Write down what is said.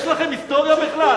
יש לכם היסטוריה בכלל?